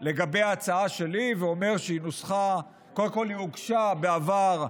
לגבי ההצעה שלי, ואומר שקודם כול היא הוגשה בעבר,